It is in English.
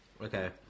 Okay